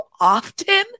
often